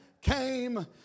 came